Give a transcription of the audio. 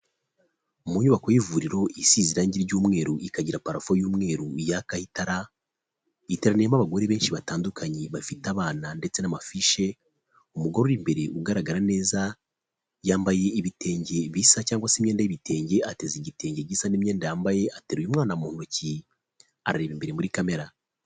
Mu nyubako y'ivuriro isize irangi ry'umweru, ikagira parafo y'umweru yakaho itara, itaramiyemo abagore benshi batandukanye bafite abana ndetse n'amafishe, umugore uri imbere ugaragara neza, yambaye ibitenge bisa cyangwa se imyenda y'ibitenge, ateze igitenge gisa n'imyenda yambaye ateruye umwana mu ntoki, areba imbere muri kamera.